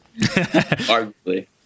arguably